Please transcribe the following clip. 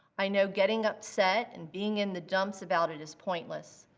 i know getting upset and being in the dumps about it is pointless.